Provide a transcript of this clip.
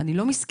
אני לא מסכן,